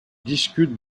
discutent